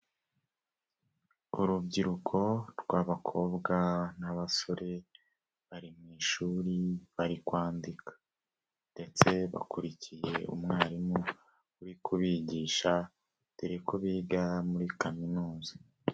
Urubyiruko rw'abakobwa n'abasore bari mu ishuri bari kwandika ndetse bakurikiye umwarimu uri kubigisha, dore ko biga muri kaminuza.